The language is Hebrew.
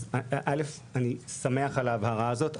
א׳- אני שמח על ההבהרה הזאת,